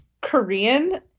korean